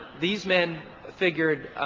these men figured.